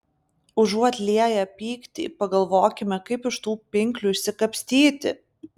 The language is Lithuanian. užuot lieję pyktį pagalvokime kaip iš tų pinklių išsikapstyti